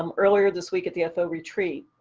um earlier this week at the fo retreat,